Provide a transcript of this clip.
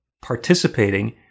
participating